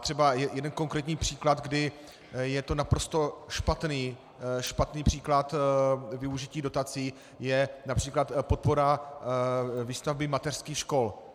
Třeba jeden konkrétní příklad, kdy je to naprosto špatný příklad využití dotací, a to je například podpora výstavby mateřských škol.